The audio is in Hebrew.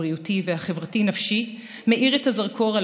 הבריאותי והחברתי-נפשי מאיר את הזרקור על